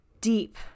deep